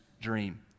dream